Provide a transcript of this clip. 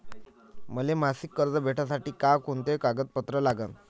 मले मासिक कर्ज भेटासाठी का कुंते कागदपत्र लागन?